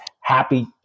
happy